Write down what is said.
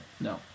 No